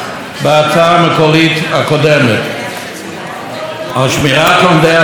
על שמירת לומדי התורה ועל שמירת השבת לא נחשה.